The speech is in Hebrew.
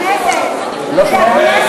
לא כל העולם ואשתו.